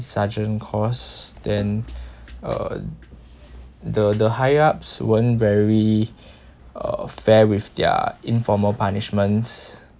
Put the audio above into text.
sergeant course then uh the the higher ups weren't very uh fair with their informal punishment